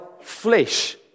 flesh